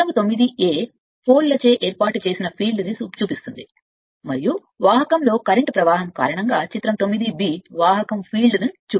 చిత్రం 9 a field స్తంభాలను ఏర్పాటు చేసిన ఫీల్డ్ను చూపిస్తుంది మరియు వాహకంలో కరెంట్ ప్రవాహం కారణంగా చిత్రం 9 బి వాహకం ఫీల్డ్ను చూపిస్తుంది